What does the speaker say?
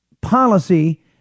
policy